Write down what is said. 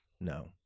no